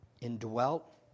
indwelt